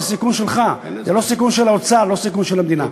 זה סיכון שלך ולא סיכון של האוצר ולא סיכון של המדינה.